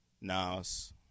Nas